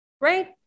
right